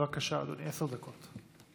בבקשה, אדוני, עשר דקות.